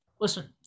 listen